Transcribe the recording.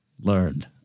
learned